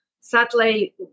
Sadly